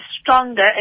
stronger